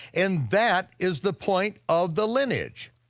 and that is the point of the lineage.